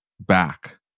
back